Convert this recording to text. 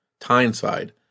Tyneside